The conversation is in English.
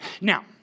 Now